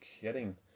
kidding